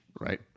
Right